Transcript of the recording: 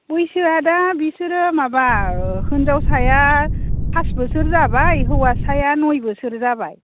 बैसोआ दा बिसोरो माबा हिनजावसाया फास बोसोर जाबाय हौवासाया नय बोसोर जाबाय